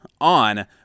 on